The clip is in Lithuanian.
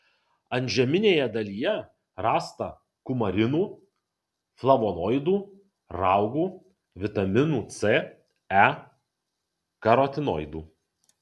antžeminėje dalyje rasta kumarinų flavonoidų raugų vitaminų c e karotinoidų